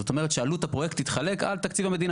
זאת אומרת שעלות הפרויקט תתחלק על תקציב המדינה.